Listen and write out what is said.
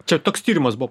čia toks tyrimas buvo